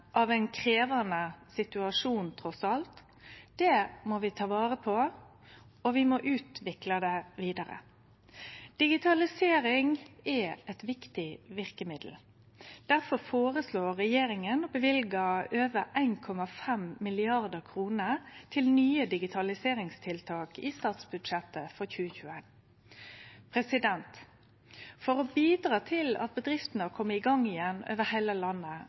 av ein krevjande situasjon trass alt må vi ta vare på, og vi må utvikle dei vidare. Digitalisering er eit viktig verkemiddel. Difor føreslår regjeringa å løyve over 1,5 mrd. kr til nye digitaliseringstiltak i statsbudsjettet for 2021. For å bidra til at bedriftene kjem i gang igjen over heile landet,